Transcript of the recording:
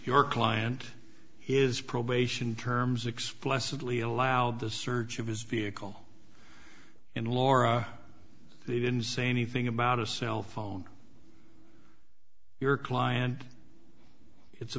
your client is probation terms explicitly allowed the search of his vehicle in laura they didn't say anything about a cell phone your client it's a